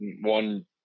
one